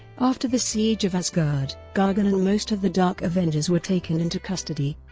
after the siege of asgard, gargan and most of the dark avengers were taken into custody.